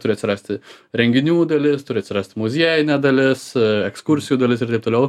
turi atsirasti renginių dalis turi atsirast muziejinė dalis ekskursijų dalis ir taip toliau